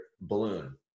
balloon